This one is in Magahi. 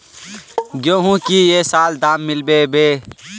गेंहू की ये साल दाम मिलबे बे?